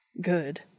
Good